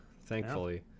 Thankfully